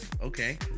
Okay